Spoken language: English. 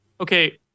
Okay